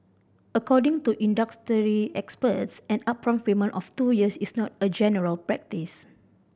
according to industry experts an upfront payment of two years is not a general practice